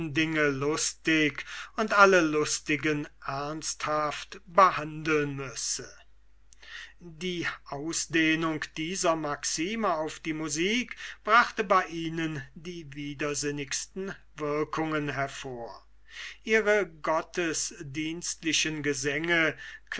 dinge lustig und alle lustigen ernsthaft behandeln müsse die ausdehnung dieser maxime auf die musik brachte bei ihnen die widersinnigsten wirkungen hervor ihre gottesdienstlichen gesänge